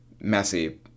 messy